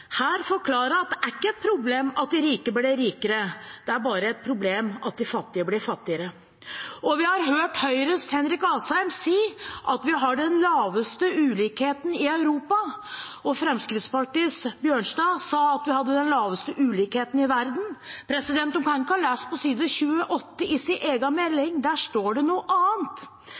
her forklare at det ikke er et problem at de rike blir rikere, det er bare et problem at de fattige blir fattigere. Vi har hørt Høyres Henrik Asheim si at vi har den laveste ulikheten i Europa, og Fremskrittspartiets Bjørnstad sa at vi hadde den laveste ulikheten i verden. De kan ikke ha lest på side 28 i sin egen melding. Der står det noe annet.